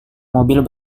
mobil